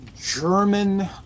German